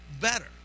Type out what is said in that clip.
better